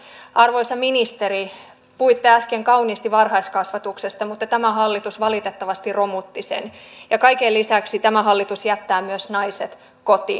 arvoisa ministeri puhuitte äsken kauniisti varhaiskasvatuksesta mutta tämä hallitus valitettavasti romutti sen ja kaiken lisäksi tämä hallitus jättää myös naiset kotiin